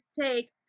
take